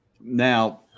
Now